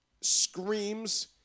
screams